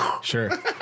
Sure